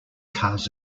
cars